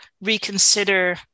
reconsider